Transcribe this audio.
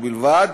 ובלבד